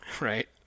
Right